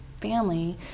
family